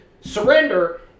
surrender